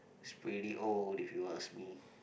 he's really old if you ask me